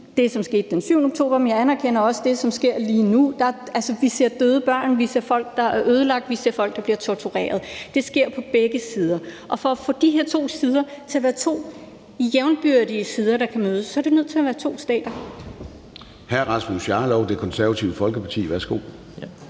det, som skete den 7. oktober, men jeg anerkender også det, som sker lige nu. Vi ser døde børn. Vi ser folk, der er ødelagte. Vi ser folk, der bliver tortureret. Det sker på begge sider, og for at få de her to sider til at være to jævnbyrdige sider, der kan mødes, er der nødt til at være to stater. Kl. 14:23 Formanden (Søren Gade): Hr. Rasmus Jarlov, Det Konservative Folkeparti. Værsgo.